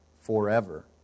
forever